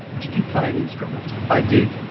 did you play an instrument? i did.